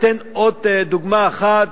אתן עוד דוגמה אחת,